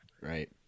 right